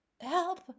help